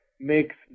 makes